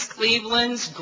Cleveland's